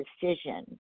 decision